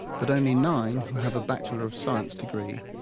but only nine who have a batchelor of science degree.